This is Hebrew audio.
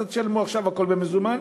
אתה תשלם או עכשיו הכול במזומן,